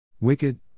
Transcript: Wicked